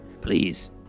Please